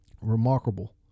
Remarkable